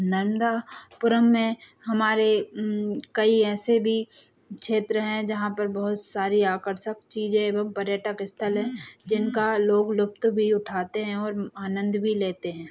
नर्मदा पुरम में हमारे कई ऐसे भी क्षेत्र हैं जहाँ पर बहुत सारी आकर्षक चीज़ें एवं पर्यटक स्थल हैं जिनका लोग लुफ्त भी उठाते हैं और आनंद भी लेते हैं